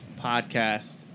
podcast